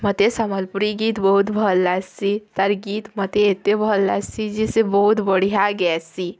ମୋତେ ସମ୍ୱଲପୁରୀ ଗୀତ୍ ବହୁତ୍ ଭଲ୍ ଲାଗ୍ସି ତାରି ଗୀତ୍ ମୋତେ ଏତେ ଭଲ୍ ଲାଗ୍ସି ଯେ ସେ ବହୁତ୍ ବଢ଼ିଆ ଗ୍ୟାସି